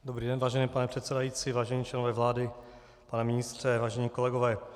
Dobrý den, vážený pane předsedající, vážení členové vlády, pane ministře, vážení kolegové.